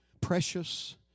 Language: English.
precious